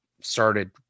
started